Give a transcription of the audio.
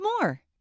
more